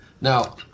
now